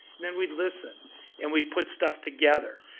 then we'd listen and we'd put stuff together.